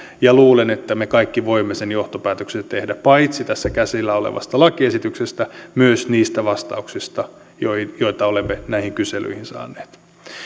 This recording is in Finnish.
ja luulen että me kaikki voimme sen johtopäätöksen tehdä paitsi tässä käsillä olevasta lakiesityksestä myös niistä vastauksista joita joita olemme näihin kyselyihin saaneet